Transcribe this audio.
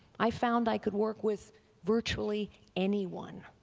i found i could work with virtually anyone,